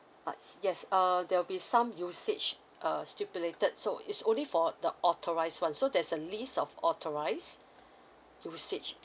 ah yes uh there'll be some usage uh stipulated so it's only for the authorised [one] so there's a list of authorised usage